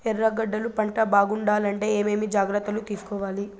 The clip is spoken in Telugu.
ఎర్రగడ్డలు పంట బాగుండాలంటే ఏమేమి జాగ్రత్తలు తీసుకొవాలి?